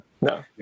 No